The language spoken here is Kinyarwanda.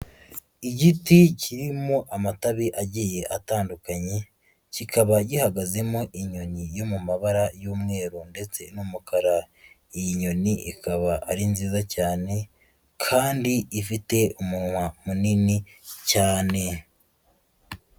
Igiti kirimo amatabi agiye atandukanye, kikaba gihagazemo inyoni yo mu mabara y'umweru ndetse n'umukara, iyi nyoni ikaba ari nziza cyane kandi ifite umunwa munini cyane.